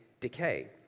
decay